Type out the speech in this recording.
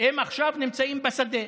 הם עכשיו נמצאים בשדה.